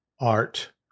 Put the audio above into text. Art